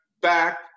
back